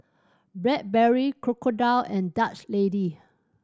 Blackberry Crocodile and Dutch Lady